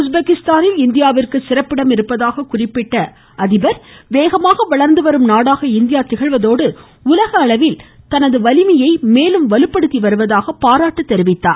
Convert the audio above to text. உஸ்பெகிஸ்தானில் இந்தியாவிற்கு சிறப்பிடம் இருப்பதாக குறிப்பிட்ட அவர் வேகமாக வளர்ந்துவரும் நாடாக இந்தியா திகழ்வதோடு உலக அளவில் தனது வலிமையை மேலும் வலுப்படுத்தி வருவதாக பாராட்டினார்